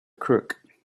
crook